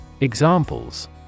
Examples